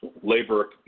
labor